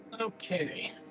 Okay